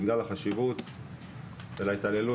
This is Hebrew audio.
בגלל החשיבות של ההתעללות,